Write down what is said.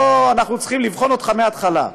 פה אנחנו צריכים לבחון אותך מההתחלה.